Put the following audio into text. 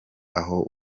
aho